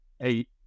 eight